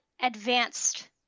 advanced